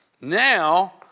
Now